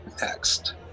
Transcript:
next